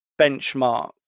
benchmark